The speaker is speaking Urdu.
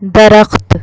درخت